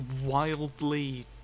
wildly